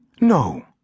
No